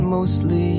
Mostly